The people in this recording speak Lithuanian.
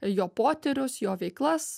jo potyrius jo veiklas